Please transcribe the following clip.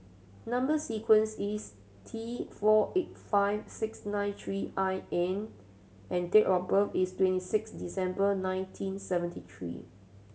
number sequence is T four eight five six nine three I N and date of birth is twenty six December nineteen seventy three